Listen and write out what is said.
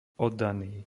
oddaný